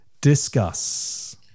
discuss